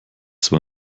zwar